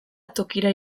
tokira